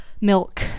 Milk